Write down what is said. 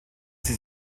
sie